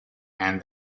and